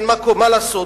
כן, מה לעשות?